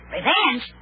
Revenge